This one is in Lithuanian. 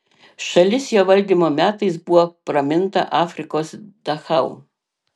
šalis jo valdymo metais buvo praminta afrikos dachau